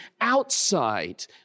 outside